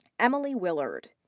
emily willard.